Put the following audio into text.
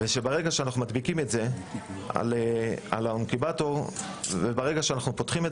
ברגע שאנחנו מדביקים את המדבקות על האינקובטור ופותחים את